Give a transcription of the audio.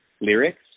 lyrics